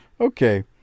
Okay